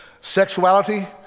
Sexuality